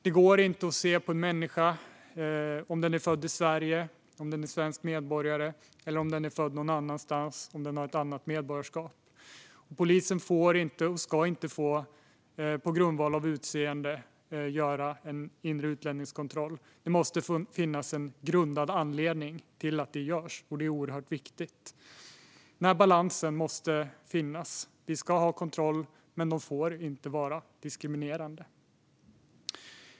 Det går inte att se på en människa om han eller hon är född i Sverige och är svensk medborgare eller är född någon annanstans och har ett annat medborgarskap. Polisen får inte, och ska inte få, göra en inre utlänningskontroll på grundval av utseende. Det måste finnas en grundad anledning till att kontrollen görs. Det är oerhört viktigt. Balansen måste finnas. Vi ska ha kontroller, men de får inte vara diskriminerande.